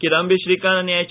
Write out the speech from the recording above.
किदांबी श्रीकांत आनी एच